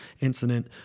incident